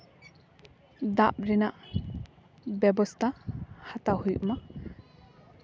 ᱫᱟᱜ ᱨᱮᱱᱟᱜ ᱵᱮᱵᱚᱥᱛᱟ ᱦᱟᱛᱟᱣ ᱦᱩᱭᱩᱜ ᱢᱟ